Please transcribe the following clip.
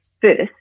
first